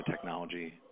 technology